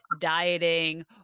dieting